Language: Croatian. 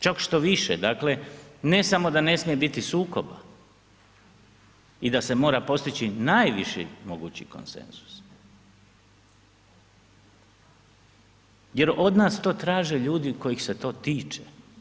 Čak štoviše dakle, ne samo da ne smije biti sukoba i da se mora postići najviši mogući konsenzus jer od nas to traže ljudi kojih se to tiče.